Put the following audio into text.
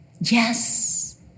Yes